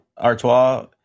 Artois